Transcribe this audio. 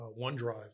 OneDrive